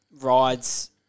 rides